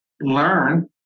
learn